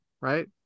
Right